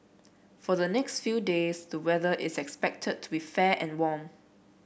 for the next few days the weather is expected to be fair and warm